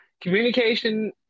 communication